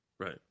Right